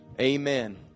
Amen